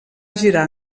girar